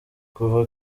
kuva